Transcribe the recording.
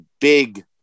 big